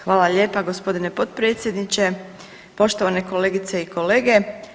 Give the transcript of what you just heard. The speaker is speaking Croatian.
Hvala lijepa g. potpredsjedniče, poštovane kolegice i kolege.